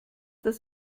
das